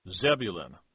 Zebulun